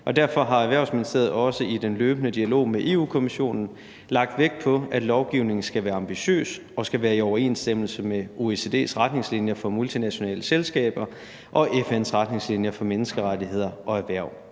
Derfor har Erhvervsministeriet også i den løbende dialog med Europa-Kommissionen lagt vægt på, at lovgivningen skal være ambitiøs og skal være i overensstemmelse med OECD's retningslinjer for multinationale selskaber og FN's retningslinjer for menneskerettigheder og erhverv.